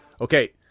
Okay